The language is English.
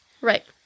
Right